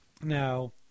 Now –